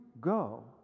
go